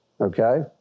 okay